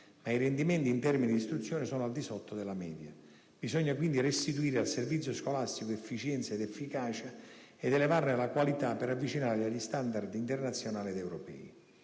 ma i rendimenti in termini di istruzione sono al di sotto della media. Bisogna quindi restituire al servizio scolastico efficienza ed efficacia ed elevarne la qualità per avvicinarlo agli standard internazionali ed europei.